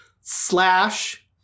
slash